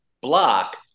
block